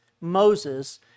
Moses